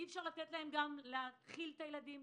אי-אפשר לתת להם להאכיל את הילדים,